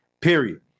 period